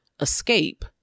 escape